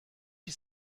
you